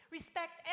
Respect